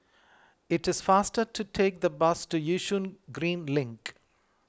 it is faster to take the bus to Yishun Green Link